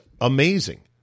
amazing